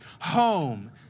home